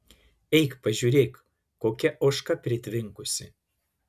eik pažiūrėk kokia ožka pritvinkusi